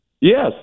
Yes